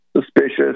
suspicious